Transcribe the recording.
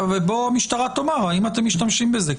המשטרה תאמר האם היא משתמשת בזה.